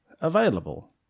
available